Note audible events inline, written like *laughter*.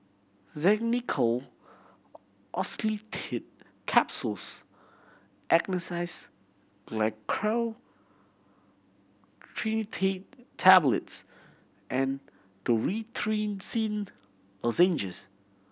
Xenical Orlistat Capsules *unintelligible* Tablets and Dorithricin Lozenges